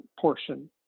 portion